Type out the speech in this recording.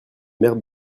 maires